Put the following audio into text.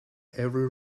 every